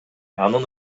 анын